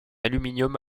aluminium